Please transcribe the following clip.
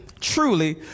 truly